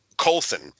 Colson